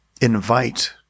invite